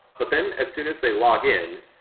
but then as soon as they log-in,